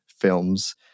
Films